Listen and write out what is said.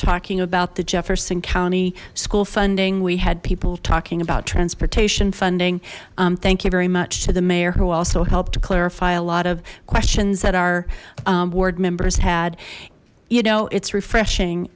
talking about the jefferson county school funding we had people talking about transportation funding thank you very much to the mayor who also helped to clarify a lot of questions that our board members had you know it's refreshing